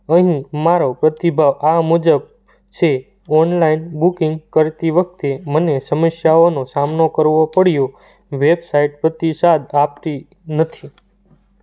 અહીં મારો પ્રતિભાવ આ મુજબ છે ઓનલાઈન બુકિંગ કરતી વખતે મને સમસ્યાઓનો સામનો કરવો પડ્યો વેબસાઇટ પ્રતિસાદ આપતી નથી